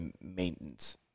maintenance